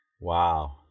Wow